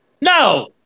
No